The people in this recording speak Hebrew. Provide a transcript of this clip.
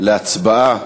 להצבעה